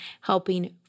helping